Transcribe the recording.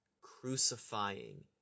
crucifying